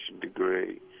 degree